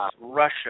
Russia